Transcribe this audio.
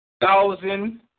thousand